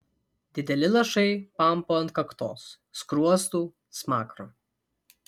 dideli lašai pampo ant kaktos skruostų smakro